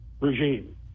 regime